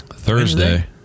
thursday